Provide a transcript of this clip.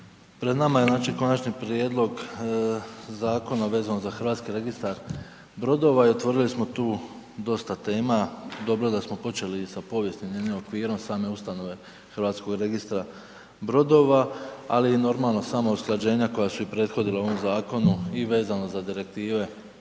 Pred nama je znači Konačni prijedlog Zakona vezano za Hrvatski registar brodova i utvrdili smo tu dosta tema, dobro da smo počeli i sa povijesnim jednim okvirom same ustanove HRB-a ali i normalno, samog usklađenja koja su i prethodila ovom zakonu i vezano za direktive